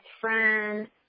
friend